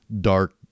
dark